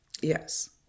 Yes